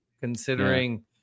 considering